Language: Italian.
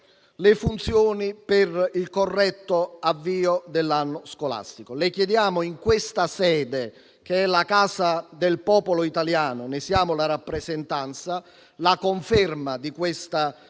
le funzioni per il corretto avvio dell'anno scolastico. Le chiediamo in questa sede, che è la casa del popolo italiano, di cui noi siamo la rappresentanza, la conferma di questa